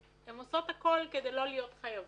הן עושות הכול כדי לא להיות חייבות.